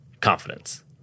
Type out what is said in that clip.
confidence